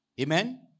Amen